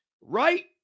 Right